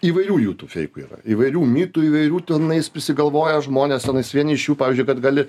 įvairių jų tų feikų yra įvairių mitų įvairių tenais prisigalvoja žmonės tenais vieni iš jų pavyzdžiui kad gali